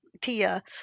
tia